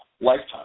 lifetime